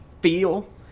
feel